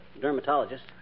dermatologist